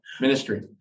Ministry